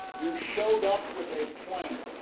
you showed up with a plan.